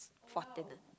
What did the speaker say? fourteen ah